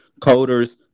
coders